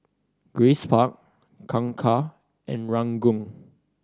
Grace Park Kangkar and Ranggung